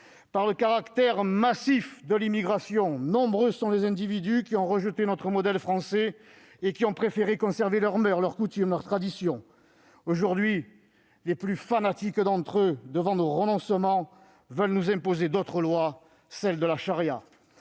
Par le caractère massif de l'immigration, nombreux sont les individus qui ont rejeté notre modèle français et ont préféré conserver leurs moeurs, leurs coutumes, leurs traditions. Aujourd'hui, les plus fanatiques d'entre eux, devant nos renoncements, veulent nous imposer d'autres lois, celles de la charia.